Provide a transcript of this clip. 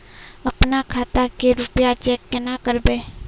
अपना खाता के रुपया चेक केना करबे?